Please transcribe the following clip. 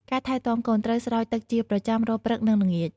ការថែទាំកូន ត្រូវស្រោចទឹកជាប្រចាំរាល់ព្រឹក និងល្ងាច។